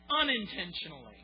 unintentionally